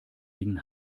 gegen